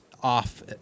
off